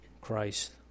Christ